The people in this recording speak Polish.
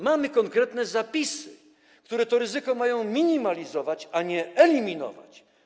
Mamy konkretne zapisy, które to ryzyko mają minimalizować, a nie eliminować.